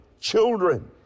children